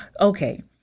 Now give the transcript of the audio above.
Okay